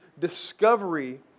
discovery